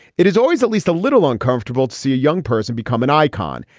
it is always at least a little uncomfortable to see a young person become an icon.